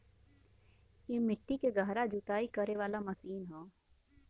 इ मट्टी के गहरा जुताई करे वाला मशीन हौ